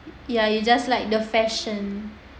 ya you just like the fashion